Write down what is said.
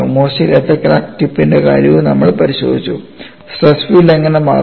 മൂർച്ചയില്ലാത്ത crack ടിപ്പിന്റെ കാര്യവും നമ്മൾ പരിശോധിച്ചു സ്ട്രെസ് ഫീൽഡ് എങ്ങനെ മാറുന്നു